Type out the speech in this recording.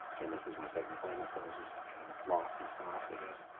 and this is my second deployment, so i was just kind of lost in the sauce i guess.